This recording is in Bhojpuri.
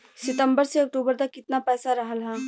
सितंबर से अक्टूबर तक कितना पैसा रहल ह?